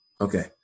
Okay